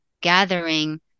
gathering